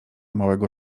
małego